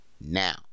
now